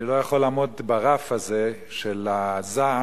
אני לא יכול לעמוד ברף הזה, של הזעם,